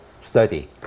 study